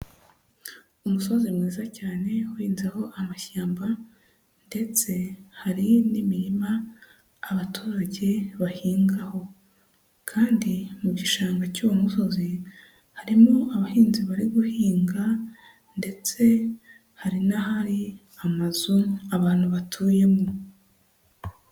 Umusozi mwiza cyane uhinzeho amashyamba ndetse hari n'imirima abaturage bahingaho, kandi mu gishanga cy'uwo musozi harimo abahinzi bari guhinga ndetse hari n'ahari amazu abantu batuyemo.